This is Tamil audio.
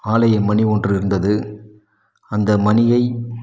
ஆலய மணி ஒன்று இருந்தது அந்த மணியை